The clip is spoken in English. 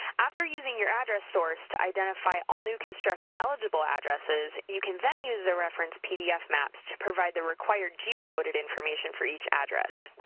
after using your address source to identify all new construction eligible addresses, you can then use the reference pdf maps to provide the required geocoded information for each address.